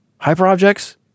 Hyperobjects